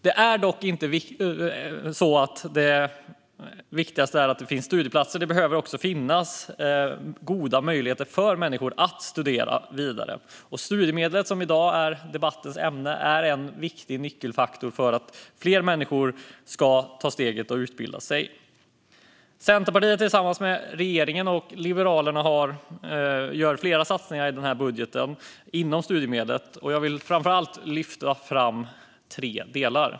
Det är dock inte så att det viktigaste är att det finns studieplatser, utan det behöver också finnas goda möjligheter för människor att studera vidare. Studiemedlet, som i dag är debattens ämne, är en nyckelfaktor för att fler människor ska ta steget att utbilda sig. Centerpartiet gör tillsammans med regeringen och Liberalerna flera satsningar när det gäller studiemedlet i denna budget. Jag vill framför allt lyfta fram tre delar.